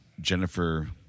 Jennifer